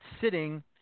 sitting